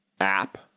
app